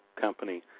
company